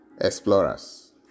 explorers